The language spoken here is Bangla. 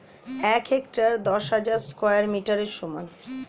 এক হেক্টার দশ হাজার স্কয়ার মিটারের সমান